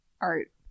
art